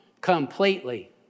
completely